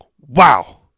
Wow